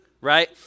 right